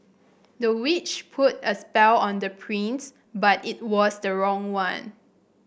the witch put a spell on the prince but it was the wrong one